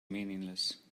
meaningless